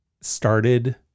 started